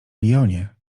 lyonie